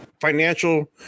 financial